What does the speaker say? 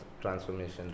transformation